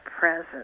present